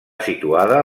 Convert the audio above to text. situada